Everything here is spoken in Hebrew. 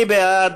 מי בעד?